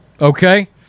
okay